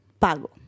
pago